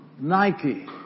Nike